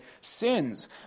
sins